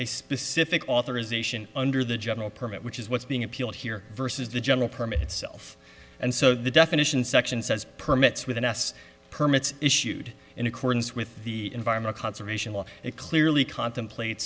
a specific authorization under the general permit which is what's being appealed here versus the general permit itself and so the definition section says permits with an s permits issued in accordance with the environmental conservation law it clearly contemplate